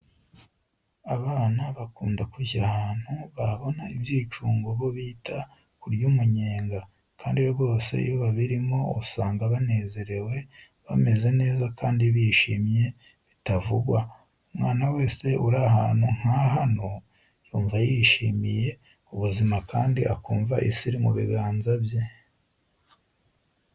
Abana bakunda kujya ahantu babona ibyicungo bo bita kurya umunyenga kandi rwose iyo babirimo usanga banezerewe bameze neza kandi bishimye bitavugwa, umwana wese uri ahantu nka hano yumva yishimiye ubuzima kandi akumva isi iri mu biganza bye.